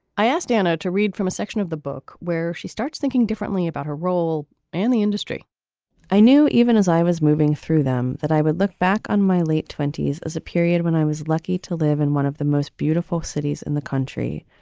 i asked danna to read from a section of the book where she starts thinking differently about her role and the industry i knew even as i was moving through them that i would look back on my late twenty s as a period when i was lucky to live in one of the most beautiful cities in the country,